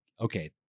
okay